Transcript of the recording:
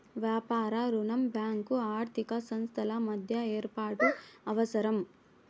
వ్యాపార రుణం బ్యాంకు ఆర్థిక సంస్థల మధ్య ఏర్పాటు అవసరం